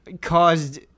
caused